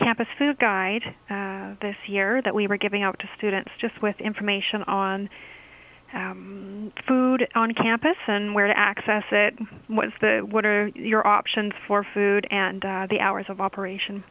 campus food guide this year that we were giving out to students just with information on food on campus and where accessit what's the what are your options for food and the hours of operation